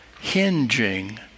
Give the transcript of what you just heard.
hinging